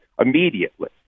immediately